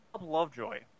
Lovejoy